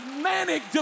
manic